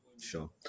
Sure